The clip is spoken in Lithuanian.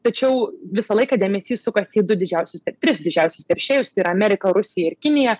tačiau visą laiką dėmesys sukasi į du didžiausius tris didžiausius teršėjus tai yra amerika rusija ir kinija